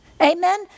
Amen